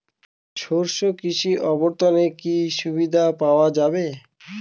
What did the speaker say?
শস্য কৃষি অবর্তনে কি সুবিধা পাওয়া যাবে?